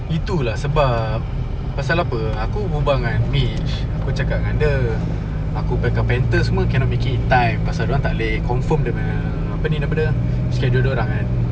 itulah sebab pasal apa aku berbual ngan nish aku cakap dengan dia aku punya carpenter semua cannot make it in time pasal dia orang tak boleh confirm dengan apa ni nama dia schedule dia orang kan